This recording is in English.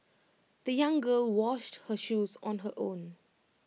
the young girl washed her shoes on her own